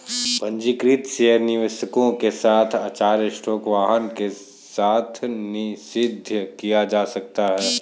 पंजीकृत शेयर निवेशकों के साथ आश्चर्य स्टॉक वाहन के साथ निषिद्ध किया जा सकता है